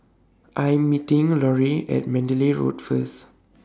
I Am meeting Loree At Mandalay Road First